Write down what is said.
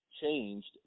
changed